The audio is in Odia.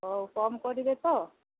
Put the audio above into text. ହଉ କମ୍ କରିବେ ତ